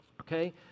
okay